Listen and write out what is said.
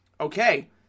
okay